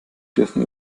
dürfen